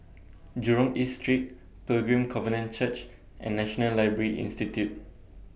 Jurong East Street Pilgrim Covenant Church and National Library Institute